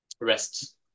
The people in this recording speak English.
rest